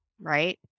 right